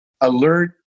alert